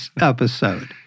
episode